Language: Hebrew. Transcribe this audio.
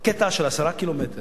קטע של 10 קילומטר,